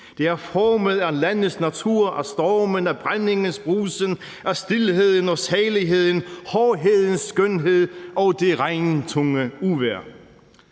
Det er formet af landets natur, af stormene, brændingens brusen, af stilheden og saligheden, hårdhedens skønhed og det regntunge uvejr.